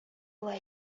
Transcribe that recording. була